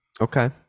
Okay